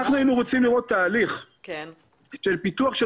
אנחנו היינו רוצים לראות תהליך של פיתוח של